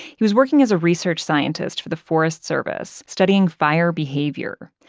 he was working as a research scientist for the forest service, studying fire behavior,